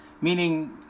meaning